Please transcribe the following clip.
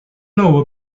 know